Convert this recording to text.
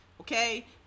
okay